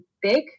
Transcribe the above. big